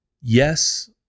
yes